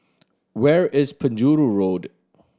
where is Penjuru Road